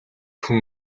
хүн